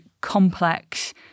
complex